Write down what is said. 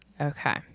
Okay